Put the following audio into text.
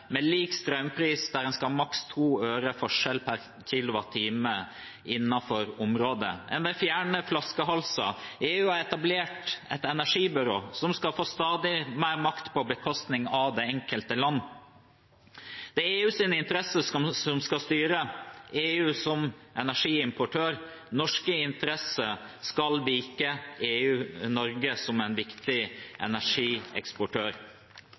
med lik strømpris, der en skal ha maks 2 øre forskjell per kilowattime innenfor området. En vil fjerne flaskehalser. EU har etablert et energibyrå som skal få stadig mer makt på bekostning av det enkelte land: Det er EUs interesser som skal styre – EU som energiimportør. Norske interesser skal vike – Norge som en viktig energieksportør.